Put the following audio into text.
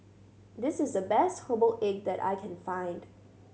this is the best herbal egg that I can find